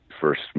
first